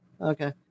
okay